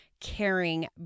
caring